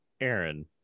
Aaron